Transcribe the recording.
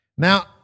Now